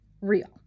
real